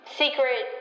secret